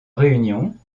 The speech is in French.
réunion